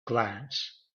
glance